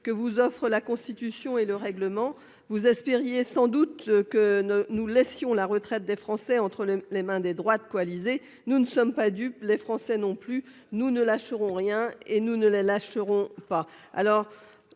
que vous offrent la Constitution et le règlement. Vous espériez sans doute que nous laisserions la retraite des Français entre les mains des droites coalisées. Nous ne sommes pas dupes, les Français non plus. Nous ne lâcherons rien et nous ne les lâcherons pas !